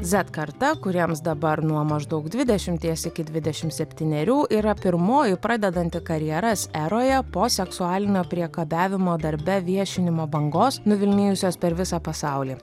zet karta kuriems dabar nuo maždaug dvidešimties iki dvidešimt septynerių yra pirmoji pradedanti karjeras eroje po seksualinio priekabiavimo darbe viešinimo bangos nuvilnijusios per visą pasaulį